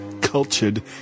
cultured